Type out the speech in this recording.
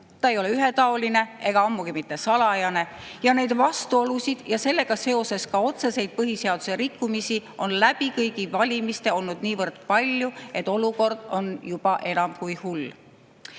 Ta ei ole ühetaoline ega ammugi mitte salajane. Neid vastuolusid ja sellega seoses ka otseseid põhiseaduse rikkumisi on kõigil valimistel olnud niivõrd palju, et olukord on juba enam kui hull. Selle